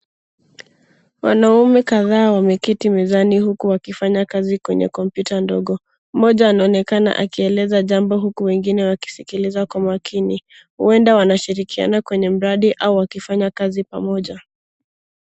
Wanaume kadhaa wameketi mizani huku wakifanya kazi kwenye kompyuta ndogo. Mmoja anaonekana akieleza jambo huku wengine wakisikiliza kwa makini. Huenda wanashirikiana kwenye mradi au wakifanya kazi pamoja.